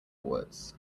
woods